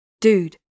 Dude